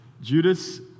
Judas